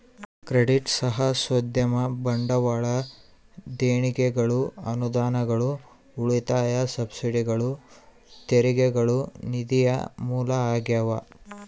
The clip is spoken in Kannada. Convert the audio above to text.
ಕ್ರೆಡಿಟ್ ಸಾಹಸೋದ್ಯಮ ಬಂಡವಾಳ ದೇಣಿಗೆಗಳು ಅನುದಾನಗಳು ಉಳಿತಾಯ ಸಬ್ಸಿಡಿಗಳು ತೆರಿಗೆಗಳು ನಿಧಿಯ ಮೂಲ ಆಗ್ಯಾವ